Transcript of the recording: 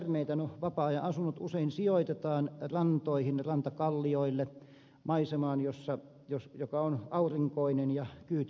no vapaa ajan asunnot usein sijoitetaan rantoihin rantakallioille maisemaan joka on aurinkoinen ja kyyt ilmaantuvat sinne